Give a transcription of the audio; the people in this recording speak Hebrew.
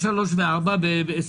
שלומית, בבקשה.